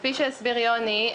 כפי שהסביר יוני,